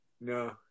No